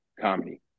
comedy